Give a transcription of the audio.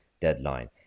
deadline